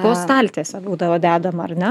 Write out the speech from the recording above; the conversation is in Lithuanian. po staltiese būdavo dedama ar ne